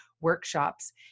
workshops